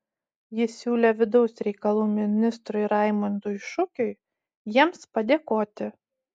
ji siūlė vidaus reikalų ministrui raimundui šukiui jiems padėkoti